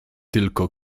tylko